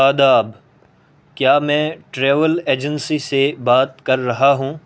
آداب کیا میں ٹریول ایجنسی سے بات کر رہا ہوں